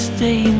Stay